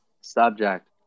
subject